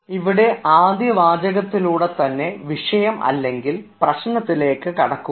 ഇവിടെ ആദ്യ വാചകത്തിലൂടെ തന്നെ വിഷയം അല്ലെങ്കിൽ പ്രശ്നത്തിലേക്ക് കടക്കുക